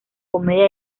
comedia